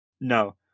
No